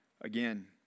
again